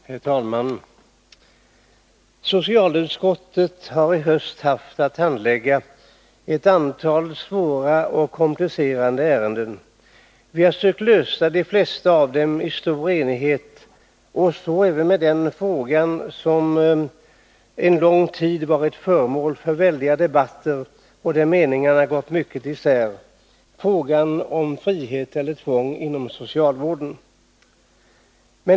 Herr talman! Socialutskottet har i höst haft att handlägga ett antal svåra och komplicerade ärenden. Vi har sökt lösa de flesta av dem i stor enighet, och så är det även när det gäller den fråga som en lång tid varit föremål för väldiga debatter och där meningarna gått kraftigt isär: frågan om frihet och tvång inom socialvården.